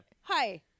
Hi